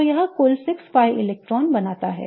तो यह कुल 6 pi इलेक्ट्रॉनों बनाता है